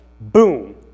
boom